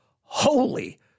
holy